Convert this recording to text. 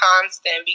constant